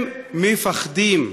הם מפחדים.